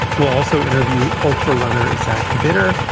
we'll also interview ultra runner zac bitar,